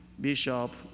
Bishop